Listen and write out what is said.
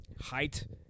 height